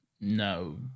No